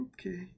okay